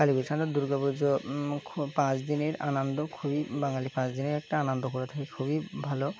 কালীপুজো দুর্গা পুজো পাঁচ দিনের আনন্দ খুবই বাঙালি পাঁচ দিনের একটা আনন্দ করে থাককে খুবই ভালো